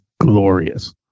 glorious